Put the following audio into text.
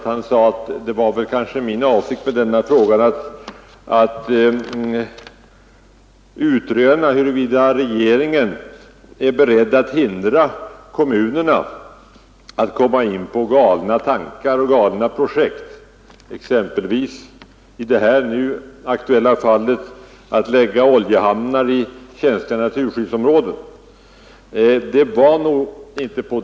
Han sade att min avsikt med den frågan kanske var att utröna huruvida regeringen är beredd att hindra kommunerna att komma in på galna projekt, exempelvis som i det här aktuella fallet och lägga oljehamnar i känsliga naturskyddsområden. Jag menade nog inte så.